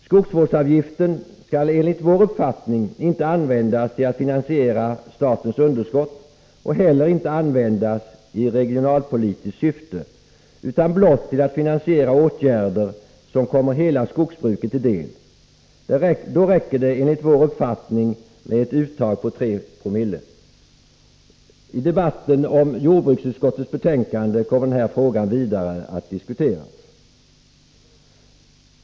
Skogsvårdsavgiften skall enligt vår uppfattning inte användas till att finansiera statens underskott och heller inte användas i regionalpolitiskt syfte, utan blott till att finansiera åtgärder som kommer hela skogsbruket till del. Då räcker det enligt vår uppfattning med uttag på 3960. I debatten om jordbruksutskottets betänkande 15 kommer den här frågan att diskuteras vidare.